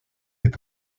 est